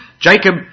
Jacob